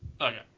Okay